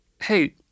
hey